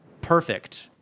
perfect